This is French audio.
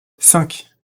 cinq